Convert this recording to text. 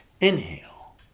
Inhale